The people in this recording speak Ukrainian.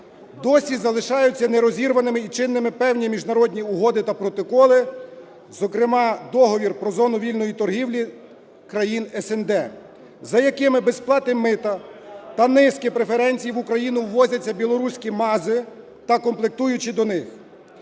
досі залишаються не розірваними і чинними певні міжнародні угоди та протоколи, зокрема Договір про зону вільної торгівлі країн СНД, за якими без сплати мита та низки преференцій в Україну ввозяться білоруські МАЗи та комплектуючі до них,